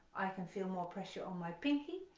i can feel more pressure on my pinky,